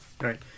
Right